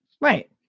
Right